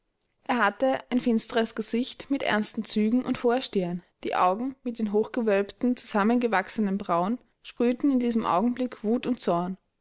er hatte ein finsteres gesicht mit ernsten zügen und hoher stirn die augen mit den hochgewölbten zusammengewachsenen brauen sprühten in diesem augenblick wut und zorn